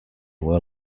were